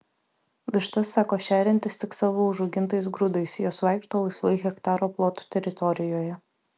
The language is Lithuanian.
vištas sako šeriantis tik savo užaugintais grūdais jos vaikšto laisvai hektaro ploto teritorijoje